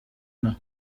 nawe